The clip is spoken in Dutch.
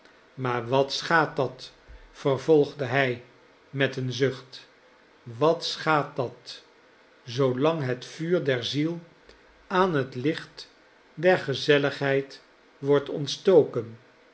maar watschaadt dat vervolgde hij met een zucht watschaadt dat zoolang het vuur der ziel aan het licht der gezelligheid wordt ontstoken